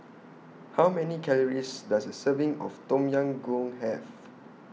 How Many Calories Does A Serving of Tom Yam Goong Have